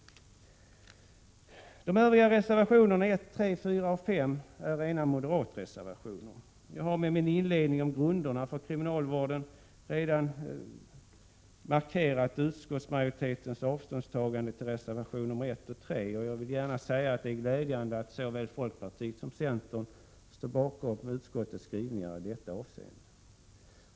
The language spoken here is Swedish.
De övriga reservationerna, 1,3, 4 och 5, är rena moderatreservationer. Jag har i min inledning om grunderna för kriminalvården redan markerat utskottsmajoritetens avståndstagande från reservationerna 1 och 3. Jag vill gärna säga att det är glädjande att såväl folkpartiet som centern står bakom utskottets skrivningar i detta avseende.